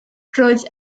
roedd